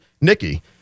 Nikki